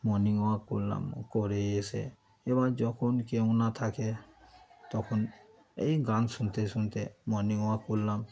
morning walk করলাম করে এই এসে এবার যখন কেউ না থাকে তখন এই গান শুনতে শুনতে মর্নিং ওয়াক করলাম